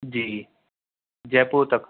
جی جےپور تک